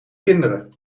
kinderen